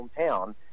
hometown